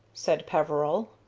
said peveril.